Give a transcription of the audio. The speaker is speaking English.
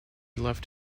left